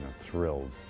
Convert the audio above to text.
thrilled